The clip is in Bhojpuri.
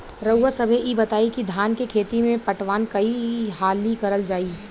रउवा सभे इ बताईं की धान के खेती में पटवान कई हाली करल जाई?